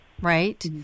right